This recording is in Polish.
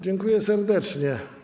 Dziękuję serdecznie.